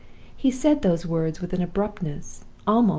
he said those words with an abruptness,